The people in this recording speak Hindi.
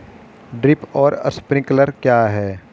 ड्रिप और स्प्रिंकलर क्या हैं?